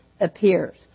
appears